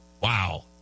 Wow